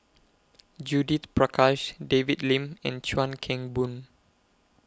Judith Prakash David Lim and Chuan Keng Boon